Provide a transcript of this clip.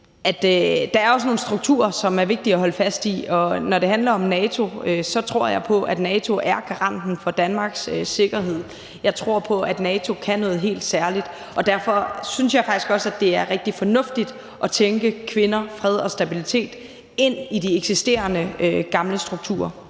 der er nogle strukturer, som er vigtige at holde fast i, og når det handler om NATO, tror jeg på, at NATO er garanten for Danmarks sikkerhed. Jeg tror på, at NATO kan noget helt særligt, og derfor synes jeg faktisk også, at det er rigtig fornuftigt at tænke kvinder, fred og stabilitet ind i de eksisterende gamle strukturer.